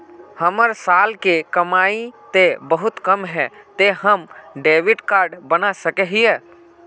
हमर साल के कमाई ते बहुत कम है ते हम डेबिट कार्ड बना सके हिये?